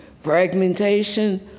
fragmentation